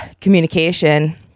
communication